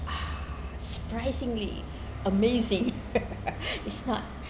surprisingly amazing is not